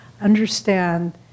understand